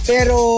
Pero